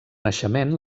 naixement